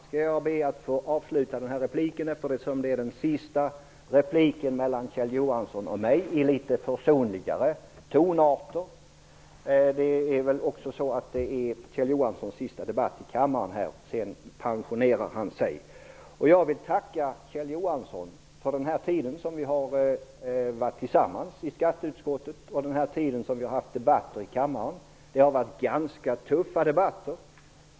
Det här är det sista replikskiftet mellan Kjell Johansson och mig. Jag skall därför avsluta min replik i litet försonligare tonart. Det är nog också Kjell Johanssons sista debatt i kammaren. Sedan pensionerar han sig. Jag vill tacka Kjell Johansson för den tid som vi har arbetat tillsammans i skatteutskottet och för de debatter vi har haft i kammaren. Det har varit ganska tuffa debatter.